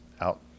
out